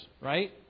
right